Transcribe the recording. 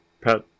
pet